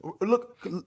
Look